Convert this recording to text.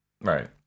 Right